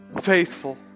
faithful